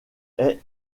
est